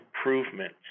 improvement